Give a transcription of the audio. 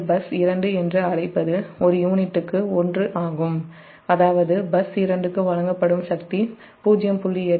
நீங்கள் பஸ் 2 என்று அழைப்பது ஒரு யூனிட்டுக்கு 1 ஆகும் அதாவது பஸ் 2 க்கு வழங்கப்படும் சக்தி 0